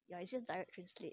ya it's just direct translate